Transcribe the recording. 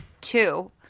two